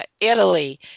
Italy